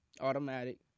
Automatic